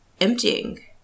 emptying